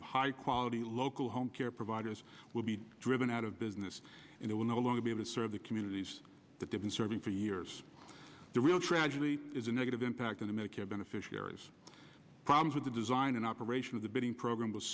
of high quality local home care providers will be driven out of business and it will no longer be able to serve the communities that they've been serving for years the real tragedy is a negative impact on the medicare beneficiaries problems with the design and operation of the building program was